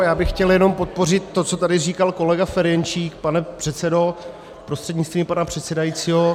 Já bych chtěl jenom podpořit to, co tady říkal kolega Ferjenčík, pane předsedo, prostřednictvím pana předsedajícího.